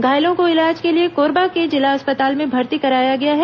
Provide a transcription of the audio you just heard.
घायलों को इलाज के लिए कोरबा के जिला अस्पताल में भर्ती कराया गया है